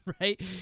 right